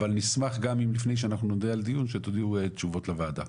אבל נשמח גם לפני שאנחנו נקיים דיון שתודיעו תשובות לוועדה.